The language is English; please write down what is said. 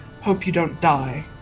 hope-you-don't-die